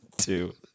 Two